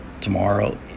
tomorrow